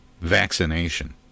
vaccination